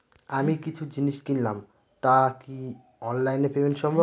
আমি কিছু জিনিস কিনলাম টা কি অনলাইন এ পেমেন্ট সম্বভ?